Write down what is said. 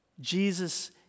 Jesus